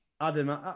Adam